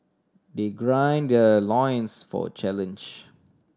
they gird their loins for challenge